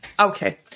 Okay